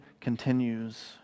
continues